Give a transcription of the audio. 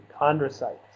chondrocytes